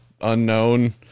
unknown